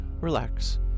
relax